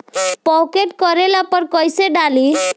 Pocket करेला पर कैसे डाली?